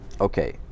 okay